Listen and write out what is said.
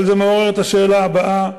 אבל זה מעורר את השאלה הבאה: